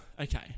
Okay